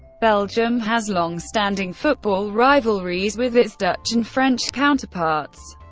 belgium has long-standing football rivalries with its dutch and french counterparts,